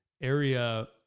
area